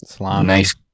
nice